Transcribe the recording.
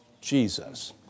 Jesus